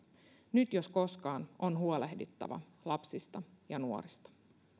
nyt jos koskaan on huolehdittava lapsista ja nuorista